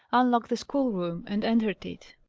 unlocked the schoolroom and entered it.